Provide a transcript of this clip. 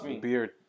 beard